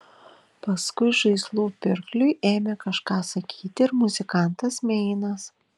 paskui žaislų pirkliui ėmė kažką sakyti ir muzikantas meinas